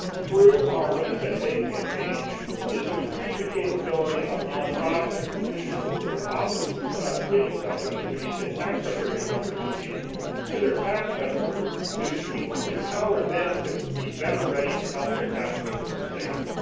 through our ready, set, save campaign is to increase the capability of non-profits and businesses that are offering savings opportunities and tax preparation opportunities to their tax customers to empower them to be better ready to help their tax customer save.